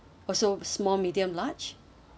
also small medium large